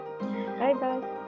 Bye-bye